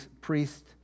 priest